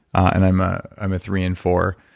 and i'm ah i'm a three and four,